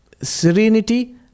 serenity